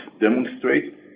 demonstrate